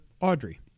Audrey